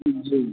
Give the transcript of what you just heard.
जी